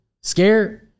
Scared